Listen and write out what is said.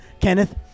Kenneth